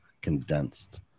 condensed